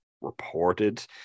reported